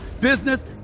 business